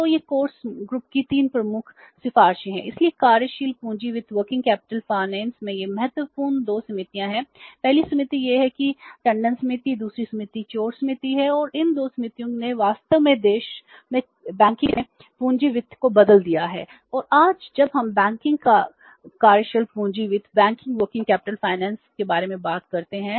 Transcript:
तो ये कोर समूह के बारे में बात करते हैं